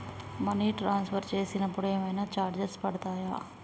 Money transfer చేసినప్పుడు ఏమైనా charges పడతయా?